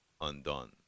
undone